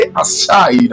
aside